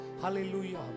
Hallelujah